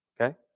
Okay